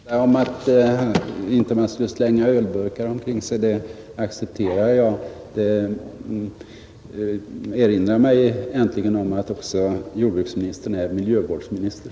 Herr talman! Det senaste om att man inte skall slänga ölburkar kring sig accepterar jag. Det erinrar mig äntligen om att jordbruksministern också är miljövårdsminister.